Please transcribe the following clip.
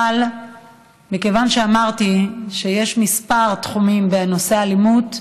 אבל מכיוון שאמרתי שיש כמה תחומים בנושא האלימות,